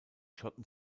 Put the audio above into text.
schotten